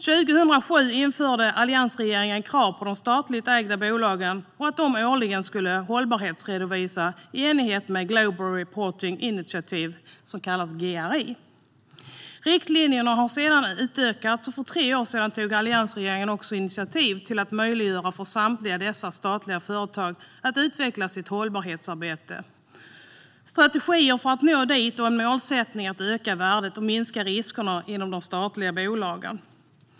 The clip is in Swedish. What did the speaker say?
År 2007 införde alliansregeringen krav på att de statligt ägda bolagen årligen ska hållbarhetsredovisa i enlighet med Global Reporting Initiative, GRI. Riktlinjerna har sedan utökats, och för tre år sedan tog alliansregeringen initiativ till att möjliggöra för samtliga dessa statliga företag att utveckla hållbarhetsarbetet, strategier för att nå dit och en målsättning att öka värdet och minska riskerna inom de statliga bolagen.